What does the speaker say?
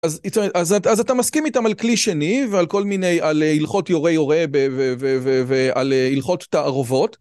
אז אתה מסכים איתם על כלי שני ועל כל מיני, על הלכות יורה יורה ועל הלכות תערובות?